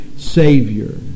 Savior